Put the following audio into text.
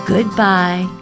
Goodbye